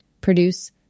produce